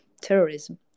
terrorism